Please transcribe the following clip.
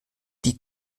die